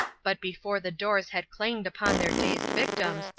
but before the doors had clanged upon their dazed victims,